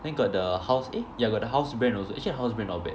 then got the house eh ya got the HouseBrand also actually HouseBrand not bad